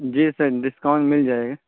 جی sir discount مل جائے گا